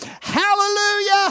hallelujah